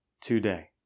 today